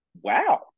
Wow